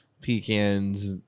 pecans